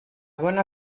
bona